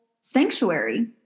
sanctuary